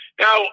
Now